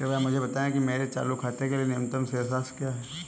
कृपया मुझे बताएं कि मेरे चालू खाते के लिए न्यूनतम शेष राशि क्या है?